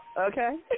Okay